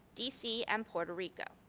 d c. and puerto rico.